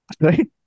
Right